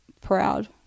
proud